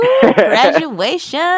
Graduation